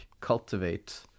cultivate